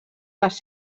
les